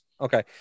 Okay